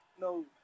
no